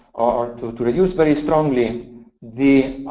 or to to reduce very strongly the